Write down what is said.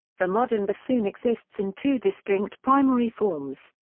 the modern bassoon exists in two distinct primary forms,